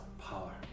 power